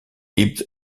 ibn